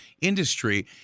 industry